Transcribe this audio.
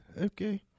Okay